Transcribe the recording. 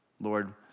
Lord